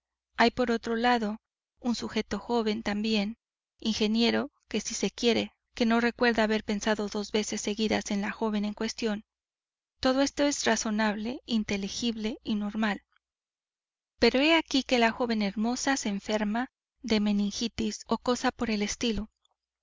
hay por otro lado un sujeto joven también ingeniero si se quiere que no recuerda haber pensado dos veces seguidas en la joven en cuestión todo esto es razonable inteligible y normal pero he aquí que la joven hermosa se enferma de meningitis o cosa por el estilo